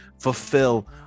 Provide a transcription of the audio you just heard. fulfill